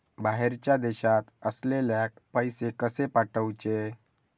बाहेरच्या देशात असलेल्याक पैसे कसे पाठवचे?